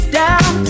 down